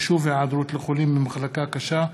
חישוב היעדרות לחולים במחלה קשה),